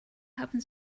happens